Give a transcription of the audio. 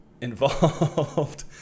involved